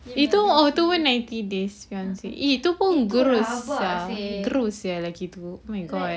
itu oh tu ninety days fiance eh itu pun gross sia gross sia lagi teruk oh my god